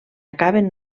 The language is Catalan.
acaben